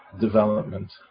development